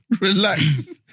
Relax